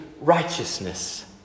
righteousness